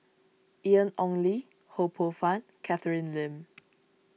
Ian Ong Li Ho Poh Fun Catherine Lim